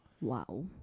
Wow